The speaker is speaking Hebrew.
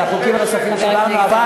על החוקים הנוספים שהעברנו,